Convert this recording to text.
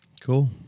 Cool